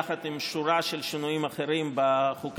יחד עם שורה של שינויים אחרים בחוקי-יסוד,